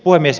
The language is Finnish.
puhemies